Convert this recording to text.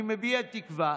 אני מביע תקווה